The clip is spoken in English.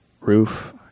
roof